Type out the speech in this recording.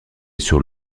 sur